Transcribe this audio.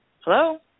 Hello